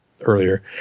earlier